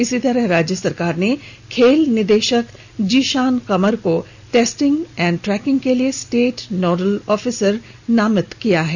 इसी तरह राज्य सरकार ने खेल निदेशक जीशान कमर को टेस्टिंग एंड ट्रैकिंग के लिए स्टेट नोडल ऑफिसर नामित किया है